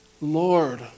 Lord